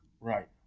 Right